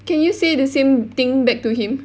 can you say the same thing back to him